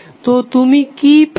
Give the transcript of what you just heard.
তো তুমি কি পেলে